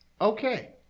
okay